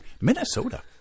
Minnesota